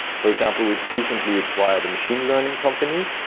for example, we've recently acquired a machine learning company.